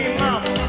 mama